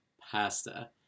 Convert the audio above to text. pasta